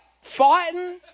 fighting